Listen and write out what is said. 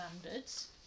standards